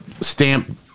stamp